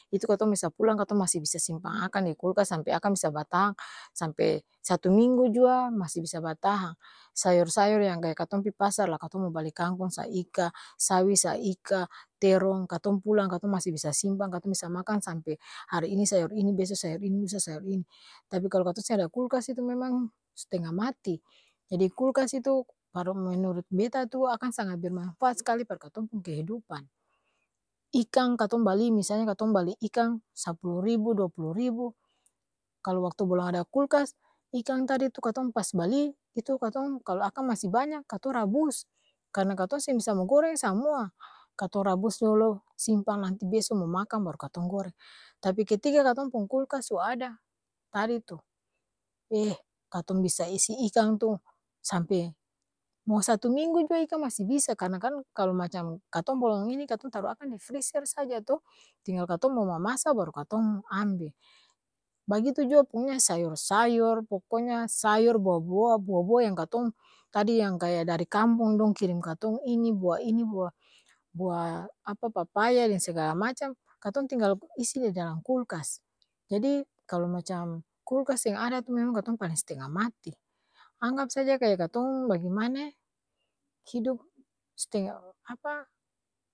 Itu katong bisa pulang katong masi bisa simpang akang di kulkas sampe akang bisa batahang, sampe satu minggu jua masi bisa batahang, sayor-sayor yang kaya katong pi pasar la katong mo pi bali kangkong sa'ika, sawi sa'ika, terong, katong pulang katong masi bisa simpang, katong bisa makang sampe hari ini sayor ini, beso sayor ini, lusa sayor ini, tapi kalo katong seng ada kulkas itu memang s'tenga mati, jadi kulkas itu kalo menurut beta tu akang sangat bermangfaat s'kali par katong pung kehidupan ikang, katong bali misalnya katong bali ikang sapulu ribu, dua pulu ribu, kalo waktu balong ada kulkas, ikang tadi tu katong pas bali! Itu katong kal akang masi banya katong rabus, karna katong seng bisa mo goreng samua! Katong rabus dolo, simpang nanti beso mo makang baru katong goreng, tapi ketika katong pung kulkas su ada, tadi tu! Eehh katong bisa isi ikang tu, sampe, mo satu minggu jua ikang masi bisa, karna kan kalo macam katong balong ini katong taru akang di friser saja to tinggal katong mo mamasa baru katong ambe, bagitu jua pung'ya sayor-sayor, poko nya sayor, bua-bua, bua-bua yang katong tadi yang kaya dari kampong dong kirim katong ini, bua ini, bua bua apa? Papaya deng segala macam, katong tinggal isi di dalam kulkas jadi, kalo macam kulkas seng ada tu memang katong paleng s'tenga mati, anggap saja kaya katong bagemana'e? hidup s'tenga apa?